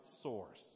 source